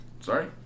Sorry